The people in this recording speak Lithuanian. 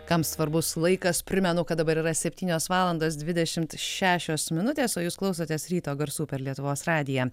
kam svarbus laikas primenu kad dabar yra septynios valandos dvidešimt šešios minutės o jūs klausotės ryto garsų per lietuvos radiją